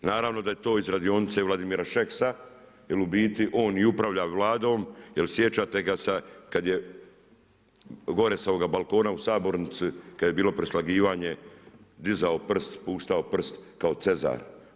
Naravno da je to iz radionice Vladimira Šeksa jer u biti on i upravlja Vladom jer sjećate ga se, kad je gore sa ovoga balkona u sabornici, kad je bilo preslagivanje, dizao prst, spuštao prst kao Cezar.